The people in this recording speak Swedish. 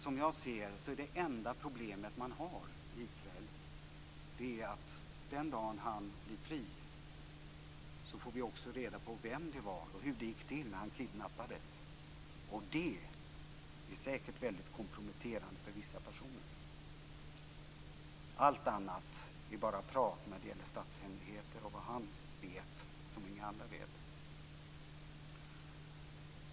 Som jag ser det är det enda problem man har i Israel att den dag han blir fri får vi också reda på vem det var som låg bakom och hur det gick till när han kidnappades. Det är säkert väldigt komprometterande för vissa personer. Allt annat är bara prat när det gäller statshemligheter och vad han vet som ingen annan vet.